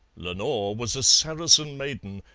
lenore was a saracen maiden,